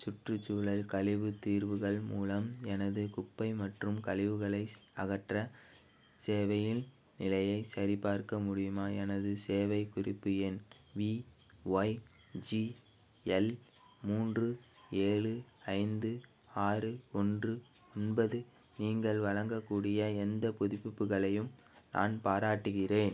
சுற்றுச்சூழல் கழிவு தீர்வுகள் மூலம் எனது குப்பை மற்றும் கழிவுகளை அகற்ற சேவையின் நிலையைச் சரிபார்க்க முடியுமா எனது சேவைக் குறிப்பு எண் விஒய்ஜிஎல் மூன்று ஏழு ஐந்து ஆறு ஒன்று ஒன்பது நீங்கள் வழங்கக்கூடிய எந்த புதுப்பிப்புகளையும் நான் பாராட்டுகிறேன்